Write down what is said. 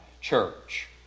church